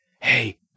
hey